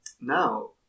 now